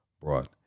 brought